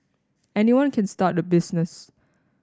anyone can start a business